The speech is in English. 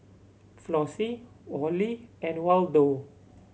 Flossie Wally and Waldo